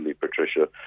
Patricia